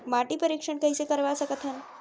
माटी परीक्षण कइसे करवा सकत हन?